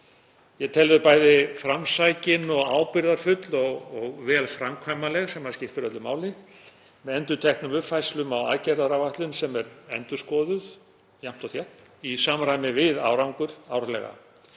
Ég tel þau bæði framsækin og ábyrgðarfull og vel framkvæmanleg, sem skiptir öllu máli, með endurteknum uppfærslum á aðgerðaáætlun sem er endurskoðuð árlega í samræmi við árangur.